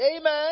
Amen